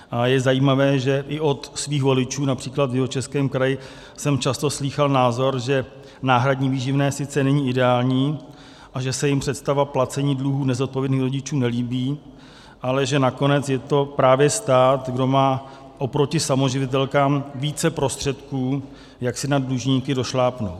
A je zajímavé, že i od svých voličů například v Jihočeském kraji jsem často slýchal názor, že náhradní výživné sice není ideální a že se jim představa placení dluhů nezodpovědných rodičů nelíbí, ale že nakonec je to právě stát, kdo má oproti samoživitelkám více prostředků, jak si na dlužníky došlápnout.